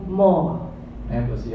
more